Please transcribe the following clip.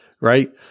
right